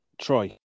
Troy